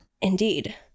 Indeed